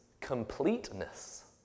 completeness